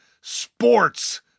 sports